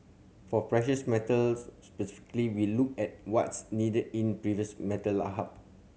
for precious metals specifically we look at what's needed in metal hub